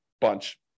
bunch